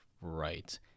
right